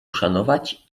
uszanować